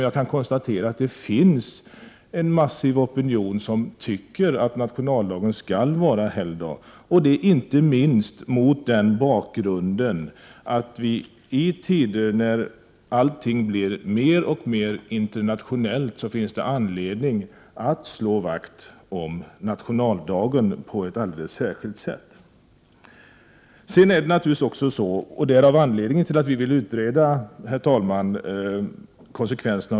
Jag kan dock konstatera att det finns en massiv opinion som tycker att nationaldagen skall vara helgdag. I tider när allting blir mer och mer internationellt finns det anledning att slå vakt om nationaldagen på ett alldeles särskilt sätt. Det kostar naturligtvis en del pengar, och det är anledningen till att vi vill utreda konsekvenserna.